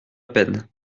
peine